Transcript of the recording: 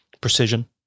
precision